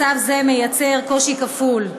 מצב זה יוצר קושי כפול: